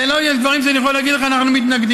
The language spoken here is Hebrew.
יש דברים שאני יכול להגיד לך שאנחנו מתנגדים